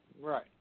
Right